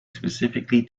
specifically